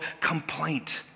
complaint